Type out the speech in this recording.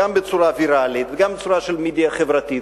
גם בצורה וירטואלית וגם בצורה של מדיה חברתית,